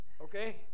Okay